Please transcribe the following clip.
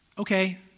okay